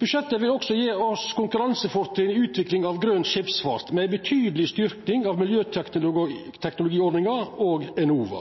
Budsjettet vil også gje oss konkurransefortrinn i utviklinga av grøn skipsfart, med ei betydeleg styrking av miljøteknologiordninga og Enova.